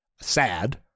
sad